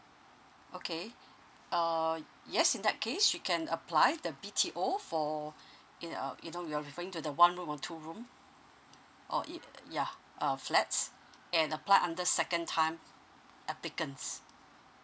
okay orh yes in that case she can apply the b t o for in uh you know you're referring to the one room or two room or it yeah uh flats and apply under second time applicants